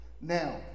Now